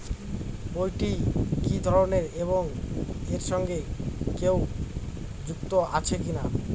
বইটি কি ধরনের এবং এর সঙ্গে কেউ যুক্ত আছে কিনা?